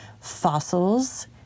fossils